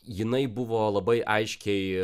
jinai buvo labai aiškiai